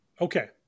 Okay